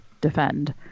defend